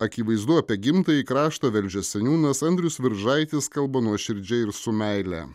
akivaizdu apie gimtąjį kraštą velžio seniūnas andrius viržaitis kalba nuoširdžiai ir su meile